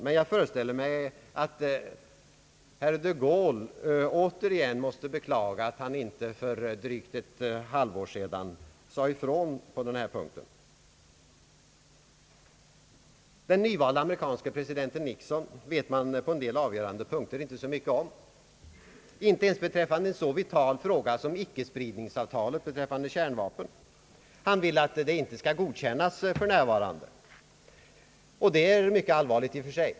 Men jag föreställer mig att de Gaulle återigen måste beklaga att han inte för drygt ett halvår sedan sade ifrån på denna punkt. Den nyvalde amerikanske presidenten Nixon vet man på en del avgörande punkter inte så mycket om, inte ens beträffande en så vital fråga som inställningen till icke-spridningsavtalet rörande kärnvapen. Han vill att det inte skall godkännas för närvarande, och det är mycket allvarligt i och för sig.